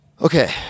Okay